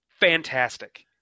fantastic